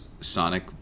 Sonic